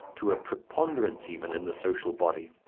to a preponderance even in the social body.